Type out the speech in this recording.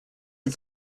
had